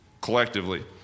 collectively